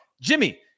Jimmy